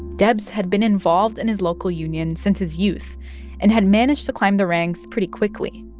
debs had been involved in his local union since his youth and had managed to climb the ranks pretty quickly.